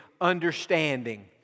understanding